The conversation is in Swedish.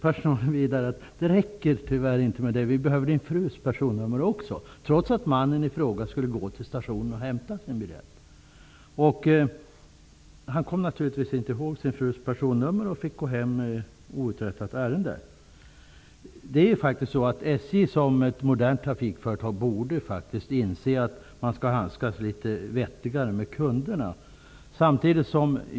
Men då sade personalen att det inte räckte utan att de behövde hans frus personnummer också, trots att mannen i fråga skulle gå till stationen och hämta biljetten. Mannen kom naturligtvis inte ihåg sin frus personnummer och fick gå hem med outrättat ärende. SJ i egenskap av ett modernt trafikföretag borde inse att företaget skall handskas vettigare med kunderna.